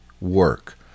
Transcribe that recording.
work